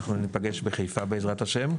אנחנו נפגש בחיפה בע"ה,